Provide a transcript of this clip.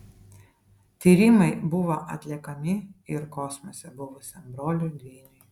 tyrimai buvo atliekami ir kosmose buvusiam broliui dvyniui